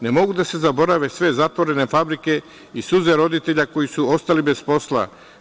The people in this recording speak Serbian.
Ne mogu da se zaborave sve zatvorene fabrike i suze roditelja koji su ostali bez posla.